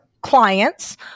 clients